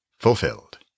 fulfilled